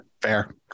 Fair